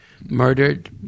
murdered